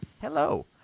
Hello